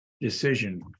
decision